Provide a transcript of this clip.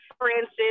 Francis